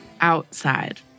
outside